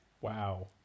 Wow